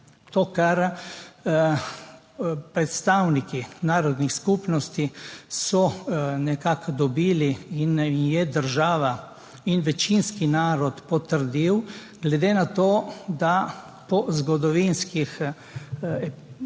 to, kar so predstavniki narodnih skupnosti nekako dobili in sta država in večinski narod potrdila. Glede na to, da so po zgodovinskem stanju,